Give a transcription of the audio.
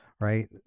right